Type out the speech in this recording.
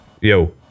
yo